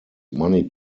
money